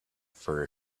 for